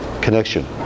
Connection